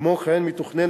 כמו כן מתוכננת